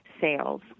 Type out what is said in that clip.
sales